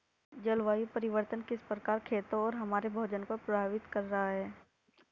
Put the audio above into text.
जलवायु परिवर्तन किस प्रकार खेतों और हमारे भोजन को प्रभावित कर रहा है?